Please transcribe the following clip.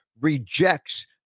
rejects